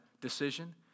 decision